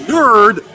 Nerd